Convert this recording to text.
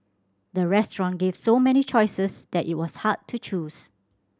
the restaurant gave so many choices that it was hard to choose